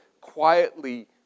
quietly